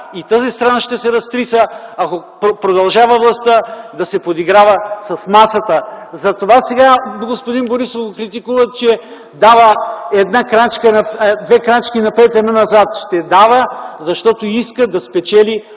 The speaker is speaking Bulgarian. И тази страна ще се разтриса, ако властта продължава да се подиграва с масата. Затова сега господин Борисов го критикуват, че дава две крачки напред – една назад. Ще дава, защото иска да спечели